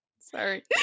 Sorry